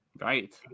Right